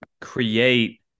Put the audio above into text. create